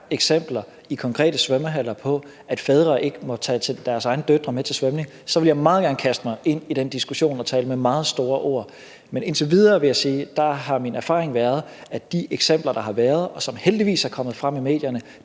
fortsat i konkrete svømmehaller er eksempler på, at fædre ikke må tage med til deres egne døtres svømning, så vil jeg meget gerne kaste mig ind i den diskussion og tale med meget store bogstaver. Men indtil videre vil jeg sige, at min erfaring har været, at det med de eksempler, der har været, og som heldigvis er kommet frem i medierne,